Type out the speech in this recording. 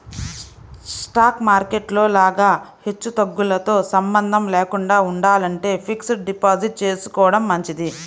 stock market లో లాగా హెచ్చుతగ్గులతో సంబంధం లేకుండా ఉండాలంటే ఫిక్స్డ్ డిపాజిట్ చేసుకోడం మంచిది